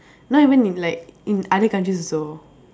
not even in like in other countries also